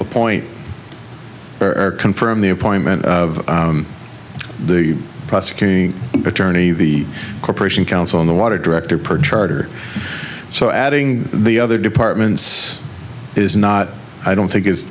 appoint or confirm the appointment of the prosecuting attorney the corporation council in the water director per charter so adding the other departments is not i don't think it's